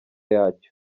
yacyo